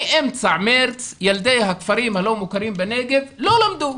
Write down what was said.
מאמצע מארס ילדי הכפרים הלא מוכרים בנגב לא למדו.